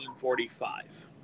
1945